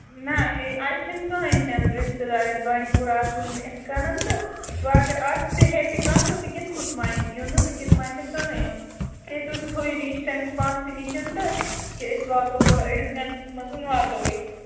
نہَ اَتہِ چھُنہٕ کٕہٕنٛۍ میٛون رِشتہٕ دار اَسہِ بانٛڈی پوراہَس منٛز یِتھٕ کَنَن تہٕ وۅنۍ اگر آسہِ تہِ ہے تہِ کانٛہہ وُنکٮ۪ن کُس مانہِ یُن نہٕ وُنکٮ۪ن مانہِ نہٕ کٕہیٖنٛۍ یُن کیٛاہ تُہۍ تھٲوِہون یہِ ییٖتِس ٹایمَس پانسٕے نِش تہٕ کہِ أسۍ واتو أڑِس گنٛٹَس منٛز واتو أسۍ